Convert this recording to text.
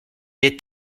est